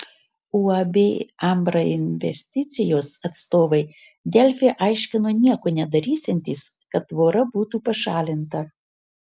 uab ambra investicijos atstovai delfi aiškino nieko nedarysiantys kad tvora būtų pašalinta